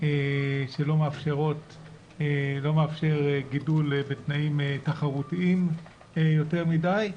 שלא מאפשר גידול בתנאים תחרותיים יותר מדי,